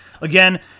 again